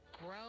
Grow